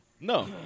No